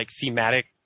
thematic